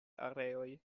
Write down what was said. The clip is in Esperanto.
areoj